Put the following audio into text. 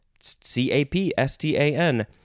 C-A-P-S-T-A-N